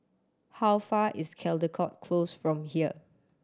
how far is Caldecott Close from here